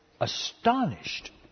astonished